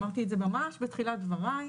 אמרתי את זה ממש בתחילת דבריי,